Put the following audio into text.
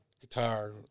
Guitar